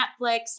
netflix